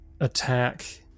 attack